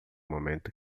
momento